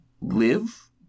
live